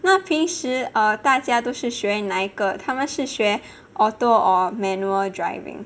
那平时 err 大家都是学哪一个他们是学 auto or manual driving